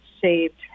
saved